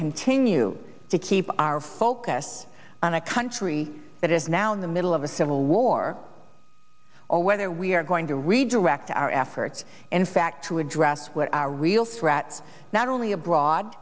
continue to keep our focus on a country that is now in the middle of a civil war or whether we are going to redirect our efforts in fact to address what are real threats not only abroad